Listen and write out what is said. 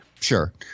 Sure